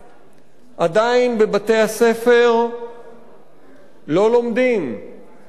עדיין בבתי-הספר לא לומדים על הטבח הזה,